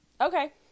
Okay